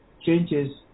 changes